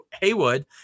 Haywood